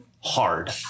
hard